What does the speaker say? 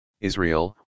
Israel